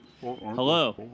Hello